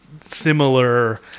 similar